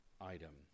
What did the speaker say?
item